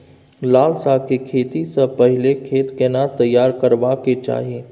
लाल साग के खेती स पहिले खेत केना तैयार करबा के चाही?